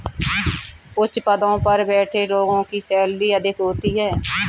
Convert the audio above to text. उच्च पदों पर बैठे लोगों की सैलरी अधिक होती है